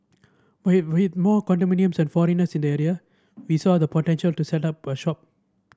with more condominiums and foreigners in the area we saw the potential to set up shop